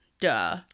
Duh